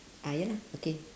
ah ya lah okay